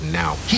now